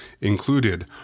included